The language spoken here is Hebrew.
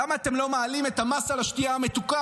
למה אתם לא מעלים את המס על השתייה המתוקה?